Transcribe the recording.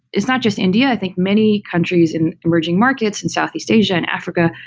it's not just india. i think many countries in emerging markets in southeast asia and africa,